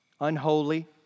unholy